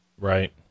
Right